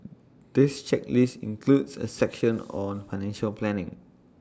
this checklist includes A section on financial planning